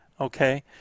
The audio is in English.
okay